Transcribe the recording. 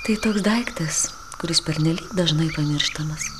tai toks daiktas kuris pernelyg dažnai pamirštamas